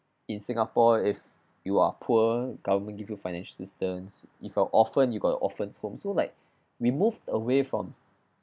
in singapore if you are poor government give you financial assistance if you're orphan you go to orphans home so like we moved away from